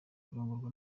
kurongorwa